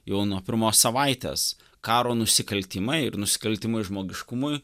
jau nuo pirmos savaitės karo nusikaltimai ir nusikaltimai žmogiškumui